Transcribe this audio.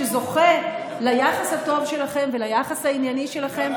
שזוכה ליחס הטוב שלכם וליחס הענייני שלכם,